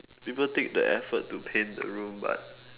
people take the effort to paint the room but